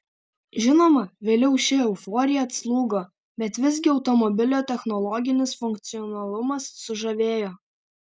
žinoma vėliau ši euforija atslūgo bet visgi automobilio technologinis funkcionalumas sužavėjo